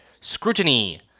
Scrutiny